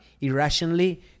irrationally